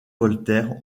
voltaire